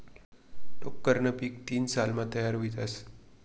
टोक्करनं पीक तीन सालमा तयार व्हयी जास